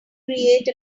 create